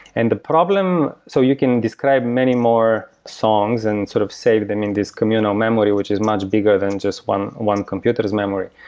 and so you can describe many more songs and sort of save them in this communal memory, which is much bigger than just one one computer s memory.